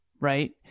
Right